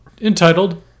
entitled